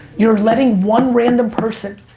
you're letting one random person,